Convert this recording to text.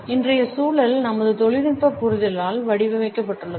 இன்றைய சூழல் நமது தொழில்நுட்ப புரிதலால் வடிவமைக்கப்பட்டுள்ளது